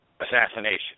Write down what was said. assassination